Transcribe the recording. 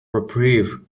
reprieve